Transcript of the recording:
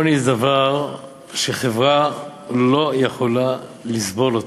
עוני זה דבר שחברה לא יכולה לסבול.